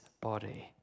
body